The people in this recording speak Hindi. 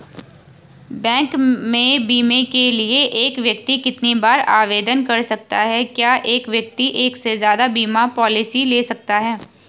बैंक में बीमे के लिए एक व्यक्ति कितनी बार आवेदन कर सकता है क्या एक व्यक्ति एक से ज़्यादा बीमा पॉलिसी ले सकता है?